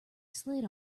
slid